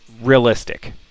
realistic